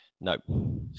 No